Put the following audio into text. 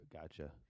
Gotcha